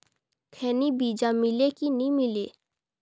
खैनी बिजा मिले कि नी मिले?